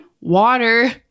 water